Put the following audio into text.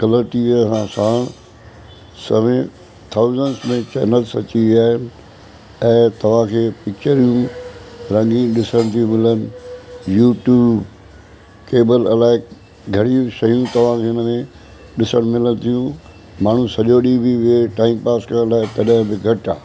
colour TV हलणु सां समय थाउजेंट नएं चैनल्स अची विया आहिनि ऐं तव्हांखे पिच्चर बि रंगीन ॾिसणु थियूं मिलनि यूट्यूब केबल अलाइ घणियूं शयूं तव्हांखे हिनमें ॾिसणु मिलनि थियूं माण्हू सॼो ॾींहुं बि विहे टाइम पास करण लाइ तॾहिं बि घटि आहे